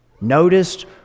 noticed